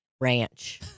Ranch